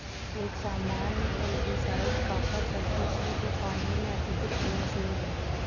एक सामान्य algicide copper sulphate है जो पानी में अत्यधिक घुलनशील है